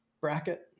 bracket